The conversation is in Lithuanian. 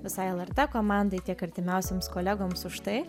visai lrt komandai tiek artimiausiems kolegoms už tai